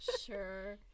sure